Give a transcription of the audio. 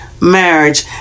marriage